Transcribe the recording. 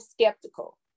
skeptical